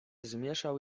zmieszał